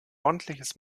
ordentliches